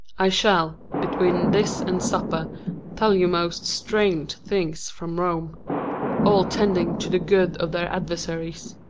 i shall between this and supper tell you most strange things from rome all tending to the good of their adversaries.